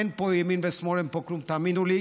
אין פה ימין ושמאל אין פה כלום, תאמינו לי.